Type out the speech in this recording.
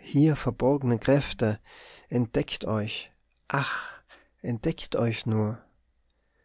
hier verborgne kräfte entdeckt euch ach entdeckt euch nur